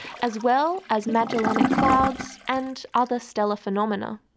as well as magellanic clouds and other stellar phenomena.